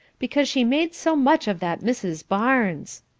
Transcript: because she made so much of that mrs. barnes.